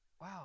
Wow